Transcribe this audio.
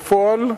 בפועל,